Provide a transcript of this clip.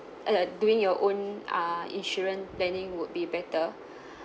uh doing your own uh insurance planning would be better